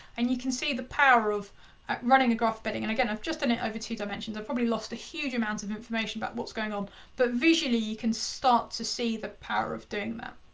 and you can see the power of running a graph embedding. and again, i've just done it over two dimensions. i've probably lost a huge amount of information about what's going on but visually you can start to see the power of doing that.